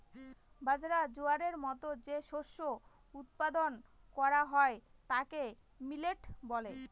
বাজরা, জোয়ারের মতো যে শস্য উৎপাদন করা হয় তাকে মিলেট বলে